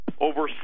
over